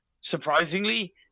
surprisingly